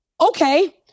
Okay